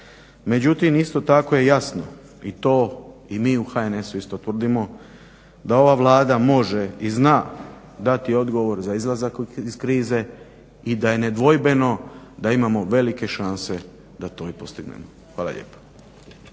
Međutim, isto tako je jasno i to i mi u HNS-u isto tvrdimo da ova Vlada može i zna dati odgovor za izlazak iz krize i da je nedvojbeno da imamo velike šanse da to i postignemo. Hvala lijepa.